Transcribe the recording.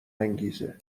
انگیزه